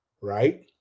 right